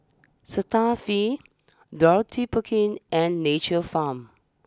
Cetaphil Dorothy Perkins and Nature's Farm